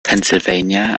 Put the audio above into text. pennsylvania